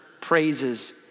praises